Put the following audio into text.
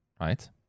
right